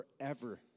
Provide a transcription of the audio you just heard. forever